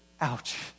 ouch